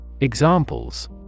Examples